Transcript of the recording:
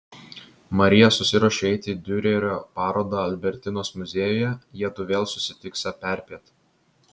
marija susiruošė eiti į diurerio parodą albertinos muziejuje jiedu vėl susitiksią perpiet